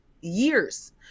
years